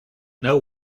know